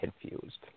confused